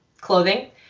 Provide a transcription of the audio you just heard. clothing